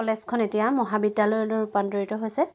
কলেজখন এতিয়া মহাবিদ্যালয়লৈ ৰূপান্তৰিত হৈছে